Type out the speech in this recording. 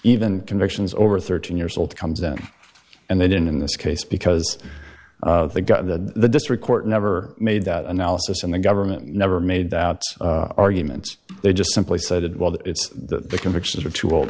even convictions over thirteen years old comes in and they didn't in this case because they got to the district court never made that analysis and the government never made that argument they just simply said well that it's the convictions are too old